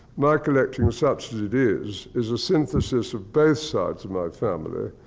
my collecting, such as it is, is a synthesis of both sides of my family.